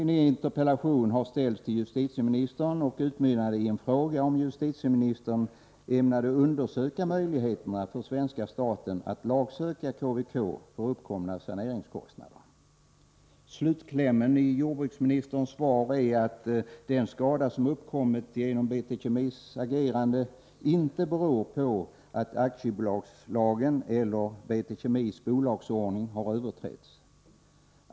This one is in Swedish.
Min interpellation har ställts till justitieministern och utmynnade i en fråga om justitieministern ämnade undersöka möjligheterna för svenska staten att lagsöka KVK för uppkomna saneringskostnader. Slutklämmen i jordbruksministerns svar är att den skada som uppkommit genom BT Kemis agerande inte beror på att aktiebolagslagen eller BT Kemis bolagsordning har överträtts.